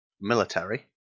military